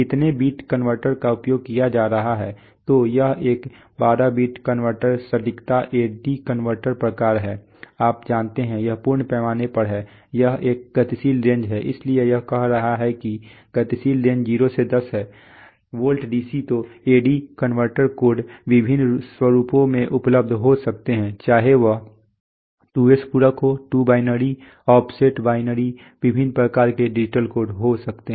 कितने bit converter का उपयोग किया जा रहा है तो यह एक 12 बिट कनवर्टर सटीकता AD कनवर्टर प्रकार है आप जानते हैं यह पूर्ण पैमाने पर है यह एक गतिशील रेंज है इसलिए यह कह रहा है कि गतिशील रेंज 0 से 10 है वोल्ट DC तो AD कनवर्टर कोड विभिन्न स्वरूपों में उपलब्ध हो सकते हैं चाहे वह 2s पूरक हो ट्रू बाइनरी ऑफसेट बाइनरी विभिन्न प्रकार के डिजिटल कोड हों